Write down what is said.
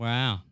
Wow